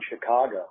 Chicago